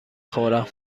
خورم